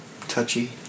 touchy